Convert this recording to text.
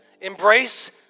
Embrace